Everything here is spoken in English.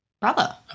Brother